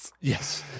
Yes